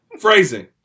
Phrasing